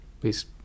please